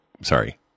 Sorry